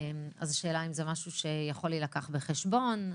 השאלה אם זה משהו שיכול להילקח בחשבון.